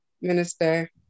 minister